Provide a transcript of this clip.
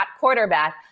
quarterback